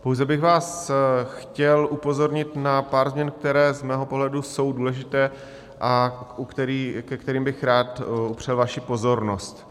Pouze bych vás chtěl upozornit na pár změn, které z mého pohledu jsou důležité a ke kterým bych rád upřel vaši pozornost.